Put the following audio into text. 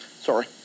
sorry